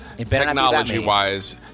Technology-wise